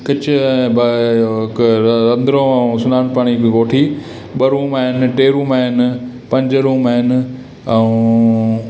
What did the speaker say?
कुझु हिक र रंधिणो स्नानु पाणी जी कोठी ॿ रूम आहिनि टे रूम आहिनि पंज रूम आहिनि ऐं